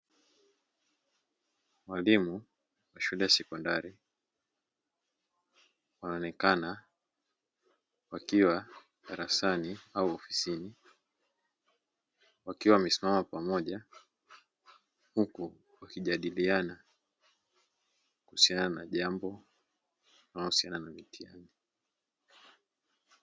Walimu wa shule ya sekondari wanaonekana wakiwa darasani au ofisini. Wakiwa wamesimama pamoja huku wakijadiliana kuhusiana na jambo linalohusiana na mtihani.